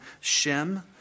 Shem